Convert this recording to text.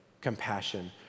compassion